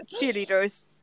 cheerleaders